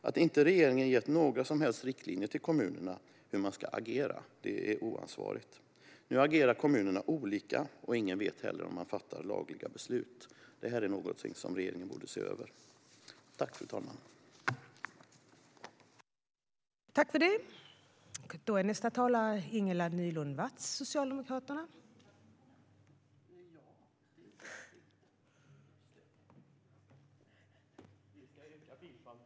Att inte regeringen gett några som helst riktlinjer till kommunerna hur man ska agera är oansvarigt. Nu agerar kommunerna olika, och ingen vet heller om man fattar lagliga beslut. Det är någonting som regeringen borde se över. Jag yrkar bifall till utskottets förslag och till våra reservationer.